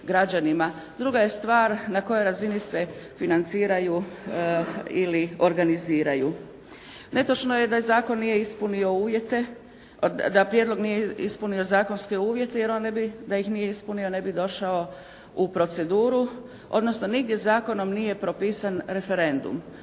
Druga je stvar na kojoj razini se financiraju ili organiziraju. Netočno je da prijedlog nije ispunio zakonske uvjete jer da ih nije ispunio ne bi došao u proceduru, odnosno nigdje zakonom nije propisan referendum.